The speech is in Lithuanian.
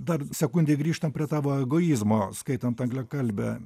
dar sekundei grįžtam prie tavo egoizmo skaitant angliakalbę